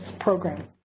program